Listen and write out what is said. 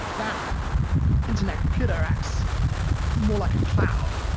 that internet computer acts more like a cloud